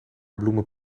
bloemen